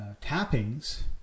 tappings